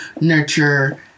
nurture